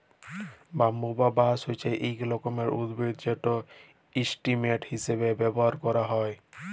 bamboo বা বাঁশ হছে ইক রকমের উদ্ভিদ যেট ইসটেম হিঁসাবে ব্যাভার ক্যারা হ্যয়